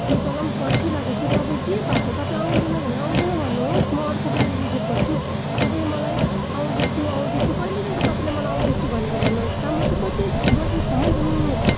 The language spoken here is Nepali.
म तर पनि पर्खिरहेको छु तपाईँ के भएको तपाईँ आउँदैन भने आउँदैन भन्नुहोस् म अर्को गाडी रिजर्व गर्छु तपाईँ मलाई आउँदैछु आउँदैछु कहिलेदेखिको तपाईँले मलाई आउँदैछु भनेको भन्नुहोस् त म चाहिँ कति बजीसम्म रुङ्नु